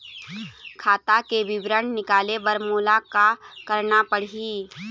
खाता के विवरण निकाले बर मोला का करना पड़ही?